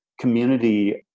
community